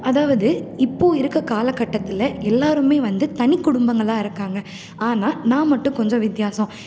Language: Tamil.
அதாவது இப்போது இருக்கற காலகட்டத்தில் எல்லோருமே வந்துட்டு தனிக்குடும்பங்களாக இருக்காங்க ஆனால் நான் மட்டும் கொஞ்சம் வித்தியாசம்